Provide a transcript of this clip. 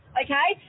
okay